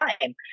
time